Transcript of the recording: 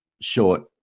short